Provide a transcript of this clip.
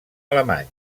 alemany